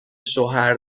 شوهر